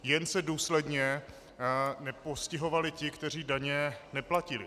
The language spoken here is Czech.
Jen se důsledně nepostihovali ti, kteří daně neplatili.